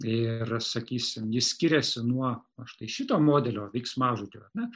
ir sakysim jis skiriasi nuo na štai šito modelio veiksmažodžio ar ne